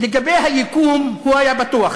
לגבי היקום, הוא היה בטוח.